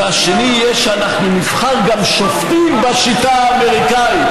והשני יהיה שאנחנו נבחר גם שופטים בשיטה האמריקנית.